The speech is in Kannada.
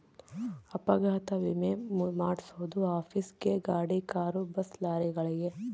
ಅಪಘಾತ ವಿಮೆ ಮಾದ್ಸೊದು ಆಫೀಸ್ ಗೇ ಗಾಡಿ ಕಾರು ಬಸ್ ಲಾರಿಗಳಿಗೆ